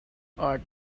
are